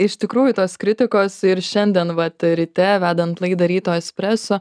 iš tikrųjų tos kritikos ir šiandien vat ryte vedant laidą ryto espreso